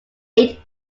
eight